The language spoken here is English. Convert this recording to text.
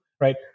right